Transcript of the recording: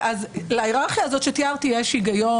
להיררכיה הזאת שתיארתי יש היגיון.